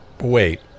Wait